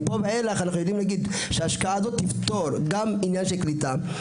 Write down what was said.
מפה ואילך ההשקעה הזו תפתור גם עניין של קליטה,